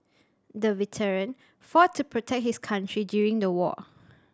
the veteran fought to protect his country during the war